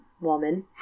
woman